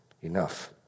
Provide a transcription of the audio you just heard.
enough